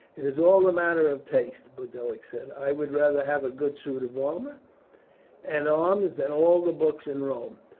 it is all a matter of taste, boduoc said. i would rather have a good suit of armour and arms than all the books in rome.